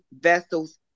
vessels